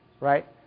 Right